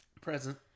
Present